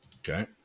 okay